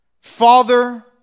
Father